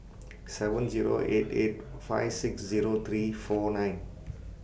seven Zero eight eight five six Zero three four nine